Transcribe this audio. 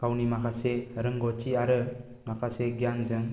गावनि माखासे रोंगथि आरो माखासे गियानजों